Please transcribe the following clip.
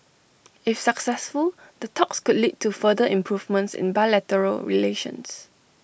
if successful the talks could lead to further improvements in bilateral relations